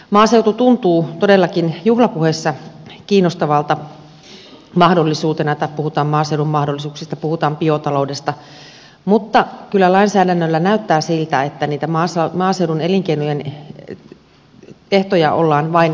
maaseutu tuntuu todellakin juhlapuheissa kiinnostavalta mahdollisuudelta tai puhutaan maaseudun mahdollisuuksista puhutaan biotaloudesta mutta kyllä lainsäädännössä näyttää siltä että niitä maaseudun elinkeinojen ehtoja ollaan vain kavennettu